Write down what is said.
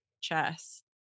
chess